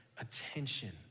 attention